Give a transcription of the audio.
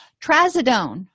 Trazodone